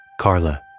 Carla